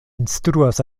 instruas